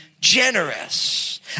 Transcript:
generous